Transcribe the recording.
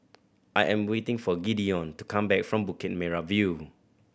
I am waiting for Gideon to come back from Bukit Merah View